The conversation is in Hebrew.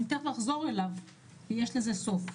אני אחזור אליו כי יש לזה סוף.